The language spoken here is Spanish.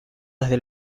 desde